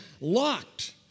Locked